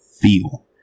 feel